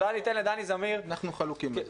אולי ניתן לדני זמיר --- אנחנו חלוקים על זה.